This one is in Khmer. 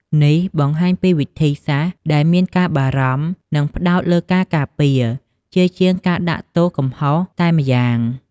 នេះបង្ហាញពីវិធីសាស្រ្តដែលមានការបារម្ភ និងផ្តោតលើការការពារ ជាជាងការដាក់ទោសកំហុសតែម្យ៉ាង។